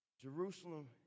Jerusalem